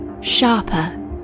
sharper